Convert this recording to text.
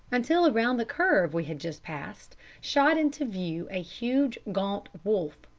until around the curve we had just passed shot into view a huge gaunt wolf.